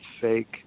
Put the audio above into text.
fake